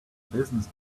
business